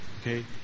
okay